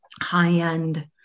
high-end